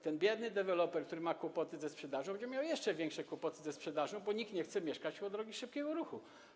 Ten biedny deweloper, który ma kłopoty ze sprzedażą, będzie miał jeszcze większe kłopoty ze sprzedażą, bo nikt nie chce mieszkać koło drogi szybkiego ruchu.